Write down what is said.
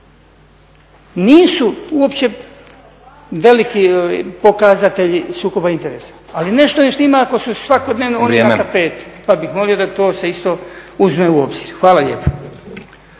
Nisu uopće veliki pokazatelji sukoba interesa, ali nešto ne štima ako su svakodnevno oni na tapeti. …/Upadica Stazić: Vrijeme./… Pa bih molio da to se isto uzme u obzir. Hvala lijepa.